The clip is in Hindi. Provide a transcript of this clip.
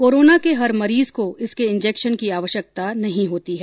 कोरोना के हर मरीज को इसके इंजेक्शन की आवश्यकता नहीं होती है